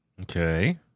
Okay